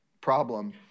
problem